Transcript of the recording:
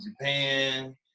Japan